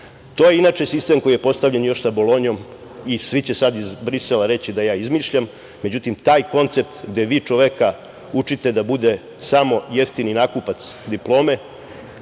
je inače sistem koji je postavljen još sa Bolonjom i svi će sad iz Brisela reći da ja izmišljam, međutim, taj koncept gde vi čoveka učite da bude samo jeftini nakupac diplome,